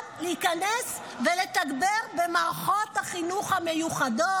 להיכנס ולתגבר במערכות החינוך המיוחדות,